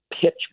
pitch